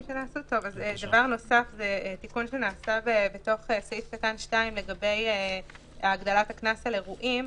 דבר נוסף הוא תיקון שנעשה בפסקה (2) לגבי הגדלת הקנס על אירועים.